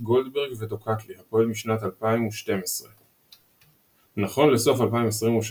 גולדברג וטוקטלי הפועל החל משנת 2012. נכון לסוף 2023,